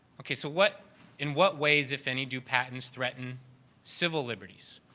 okay. so, what in what ways, if any, do patents threaten civil liberties?